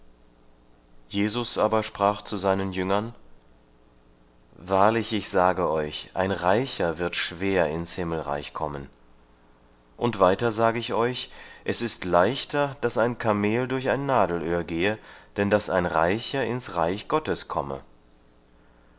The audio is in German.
jesus aber sprach zu seinen jüngern wahrlich ich sage euch ein reicher wird schwer ins himmelreich kommen und weiter sage ich euch es ist leichter daß ein kamel durch ein nadelöhr gehe denn daß ein reicher ins reich gottes komme